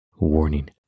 Warning